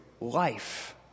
life